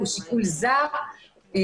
הוא שיקול זר להליך.